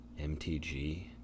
MTG